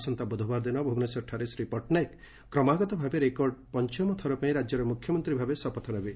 ଆସନ୍ତା ବ୍ରଧବାର ଦିନ ଭ୍ରବନେଶ୍ୱରଠାରେ ଶ୍ରୀ ପଟ୍ଟନାୟକ କ୍ରମାଗତ ଭାବେ ରେକର୍ଡ଼ ପଞ୍ଚମ ଥର ପାଇଁ ରାଜ୍ୟର ମୁଖ୍ୟମନ୍ତ୍ରୀ ଭାବେ ଶପଥ ନେବେ